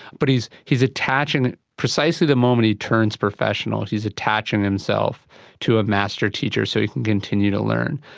but he is he is attaching, precisely the moment he turns professional, he is attaching himself to a master teacher so he can continue to learn.